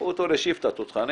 לקחו אותו לבסיס שבטה, תותחנים,